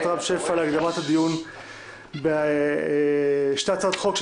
רם שפע להקדמת הדיון בשתי הצעות חוק,